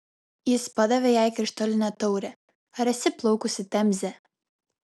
jis padavė jai krištolinę taurę ar esi plaukusi temze